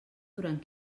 durant